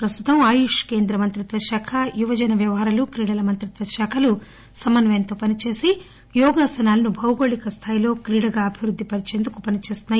ప్రస్తుతం ఆయుష్ కేంద్ర మంత్రిత్వ శాఖ యువజన వ్యవహారాలు క్రీడల మంత్రిత్వ శాఖలు సమన్వయంతో పనిచేసి యోగాసనాలు భౌగోళిక స్లాయిలో క్రీడగా అభివృద్ది పరిచేందుకు పనిచేస్తున్నాయి